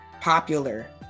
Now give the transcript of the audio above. popular